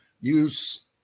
use